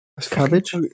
Cabbage